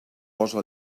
posa